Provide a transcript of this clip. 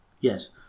yes